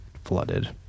Flooded